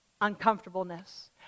uncomfortableness